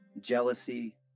jealousy